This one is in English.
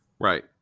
Right